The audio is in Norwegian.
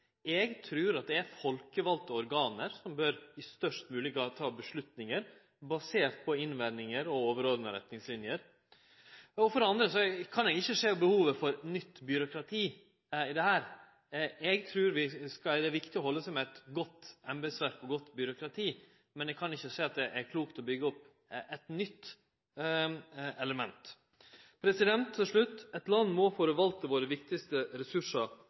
eg sterkt skeptisk til ei ytterlegare rettsleggjering. Eg trur at det er folkevalde organ som i størst mogleg grad må ta avgjerda, basert på innvendingar og overordna retningslinjer. For det andre kan eg ikke sjå behovet for eit nytt byråkrati. Eg trur det er viktig å halde seg med eit godt embetsverk og eit godt byråkrati, men eg kan ikkje sjå at det er klokt å byggje opp eit nytt element. Til slutt: Eit land må forvalte dei viktigaste